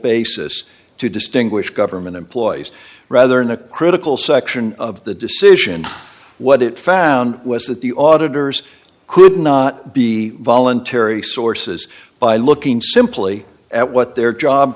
basis to distinguish government employees rather than a critical section of the decision what it found was that the auditor's could not be voluntary sources by looking simply at what their job